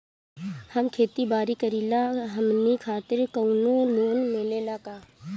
हम खेती बारी करिला हमनि खातिर कउनो लोन मिले ला का?